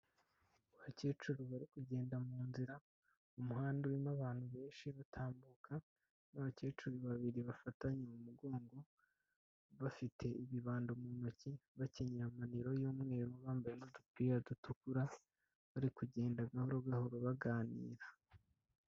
Abakecuru bari kugenda mu nzira, umuhanda urimo abantu benshi batambuka n'abakecuru babiri bafatanye mu mugongo, bafite ibibando mu ntoki, bakenyeye amaniro y'umweru, bambaye n'udupira dutukura, bari kugenda gahoro gahoro baganira.